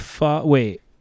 Wait